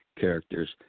characters